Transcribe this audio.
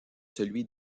celui